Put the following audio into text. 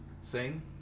Sing